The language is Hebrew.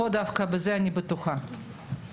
בזה אני בטוחה.